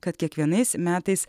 kad kiekvienais metais